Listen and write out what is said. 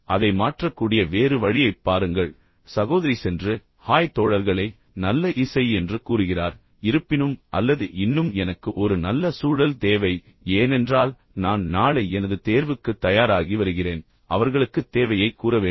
அதை மாற்றக்கூடிய வேறு வழியைப் பாருங்கள் சகோதரி சென்று ஹாய் தோழர்களே நல்ல இசை என்று கூறுகிறார் இருப்பினும் அல்லது இன்னும் எனக்கு ஒரு நல்ல சூழல் தேவை ஏனென்றால் நான் நாளை எனது தேர்வுக்கு தயாராகி வருகிறேன் அவர்களுக்குத் தேவையை கூற வேண்டும்